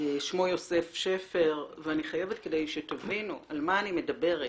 שמו יוסף שפר ואני חייבת להסביר על מנת שתבינו על מה אני מדברת: